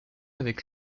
avec